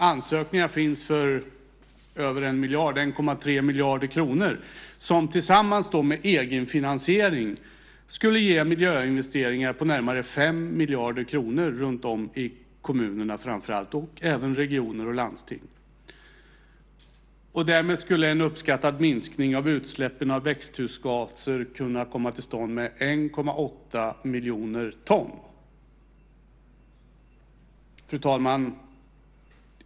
Ansökningar finns för över 1 miljard, 1,3 miljarder kronor, som tillsammans med egenfinansiering skulle ge miljöinvesteringar på närmare 5 miljarder kronor, runtom i kommunerna framför allt men även i regioner och landsting. Därmed skulle en uppskattad minskning av utsläppen av växthusgaser kunna komma till stånd med 1,8 miljoner ton. Fru talman!